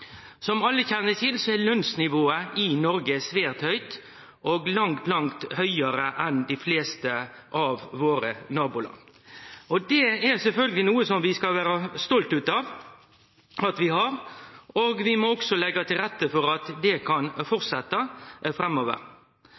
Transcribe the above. Som alle kjenner til, er lønsnivået i Noreg svært høgt og langt høgare enn i dei fleste av våre naboland. Det er sjølvsagt noko vi skal vere stolte av, og vi må leggje til rette for at det kan fortsetje framover.